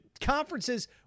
conferences